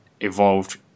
evolved